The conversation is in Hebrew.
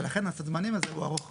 ולכן הסד זמנים הזה ארוך.